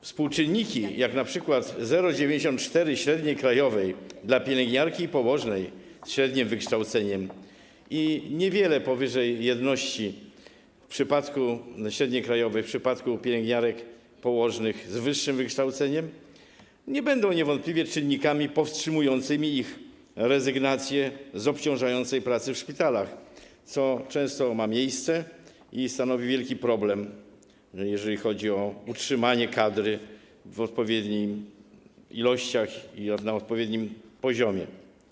Współczynniki, jak np. 0,94 średniej krajowej dla pielęgniarki i położnej ze średnim wykształceniem i niewiele powyżej jedności średniej krajowej w przypadku pielęgniarek, położnych z wyższym wykształceniem, nie będą niewątpliwie czynnikami powstrzymującymi ich rezygnację z obciążającej pracy w szpitalach, co często ma miejsce i stanowi wielki problem, jeżeli chodzi o utrzymanie kadry w odpowiednich ilościach i na odpowiednim poziomie.